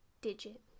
Digit